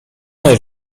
mysz